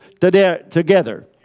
together